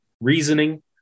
reasoning